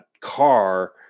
car